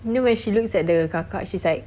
you know when she looks at the kakak she's like